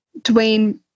Dwayne